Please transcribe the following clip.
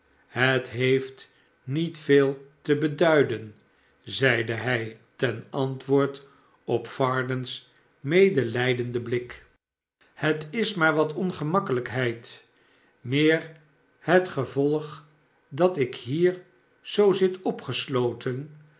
het heeft niet veel te beduiden zeide hij ten antwoord op varden's medelijdenden blik hoe het gebeurd was het is maar wat ongemakkelijkheid meer het gevolg dat ik hier zoo zit opgesloten